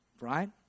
Right